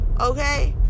okay